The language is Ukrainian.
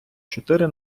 чотири